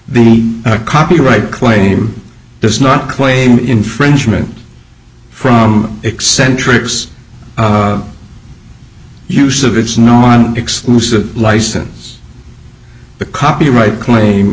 the copyright claim does not claim infringement from eccentrics use of it's non exclusive license the copyright claim